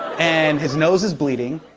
and his nose is bleeding.